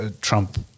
Trump